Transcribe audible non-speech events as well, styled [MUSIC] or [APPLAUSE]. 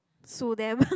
sue them [BREATH]